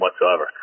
whatsoever